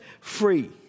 free